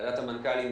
ועדת המנכ"לים עבדה,